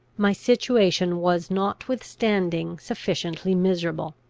my situation was notwithstanding sufficiently miserable.